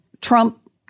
Trump